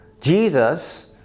Jesus